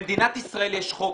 במדינת ישראל יש חוק.